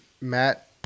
matt